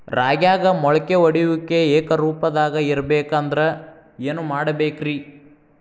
ರಾಗ್ಯಾಗ ಮೊಳಕೆ ಒಡೆಯುವಿಕೆ ಏಕರೂಪದಾಗ ಇರಬೇಕ ಅಂದ್ರ ಏನು ಮಾಡಬೇಕ್ರಿ?